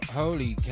holy